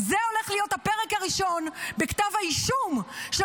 זה הולך להיות הפרק הראשון בכתב האישום של